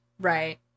Right